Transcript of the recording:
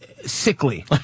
Sickly